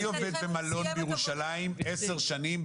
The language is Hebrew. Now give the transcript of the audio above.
אני עובד במלון בירושלים 10 שנים,